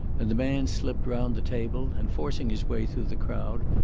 and the man slipped round the table, and, forcing his way through the crowd,